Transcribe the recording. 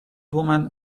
woman